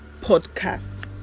podcast